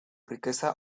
riqueza